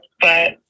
but-